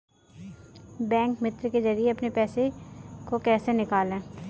Bank मित्र के जरिए अपने पैसे को कैसे निकालें?